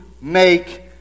make